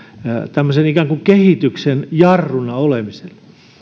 tämmöiseen ikään kuin kehityksen jarruna olemiseen